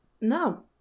no